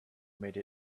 made